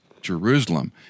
Jerusalem